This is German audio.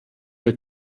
wir